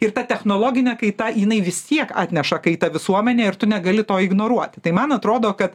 ir ta technologinė kaita jinai vis tiek atneša kaitą visuomenėj ir tu negali to ignoruoti tai man atrodo kad